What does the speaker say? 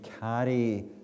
carry